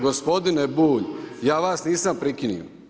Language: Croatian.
Gospodine Bulj, ja vas nisam prekinuo.